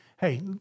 hey